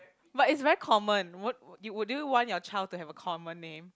but it's very common what would you want your child to have a common name